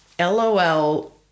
Lol